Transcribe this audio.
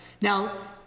Now